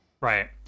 Right